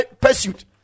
pursuit